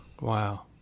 wow